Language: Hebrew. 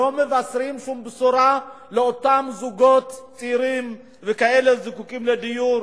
לא מבשרות שום בשורה לאותם זוגות צעירים וכאלה הזקוקים לדיור,